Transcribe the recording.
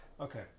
Okay